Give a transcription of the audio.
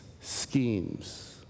schemes